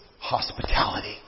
hospitality